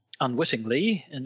unwittingly